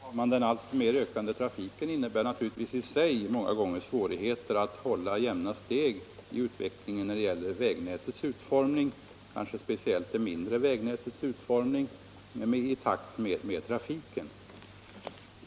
Herr talman! Den alltmer ökande trafiken innebär naturligtvis i sig många gånger svårigheter att hålla jämna steg i utvecklingen av kanske speciellt det mindre vägnätets utformning.